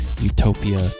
utopia